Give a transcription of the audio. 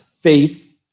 faith